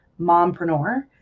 mompreneur